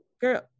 Girl